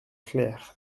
claire